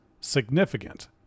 significant